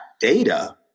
data